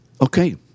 Okay